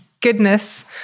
goodness